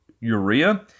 urea